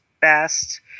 best